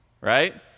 right